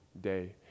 day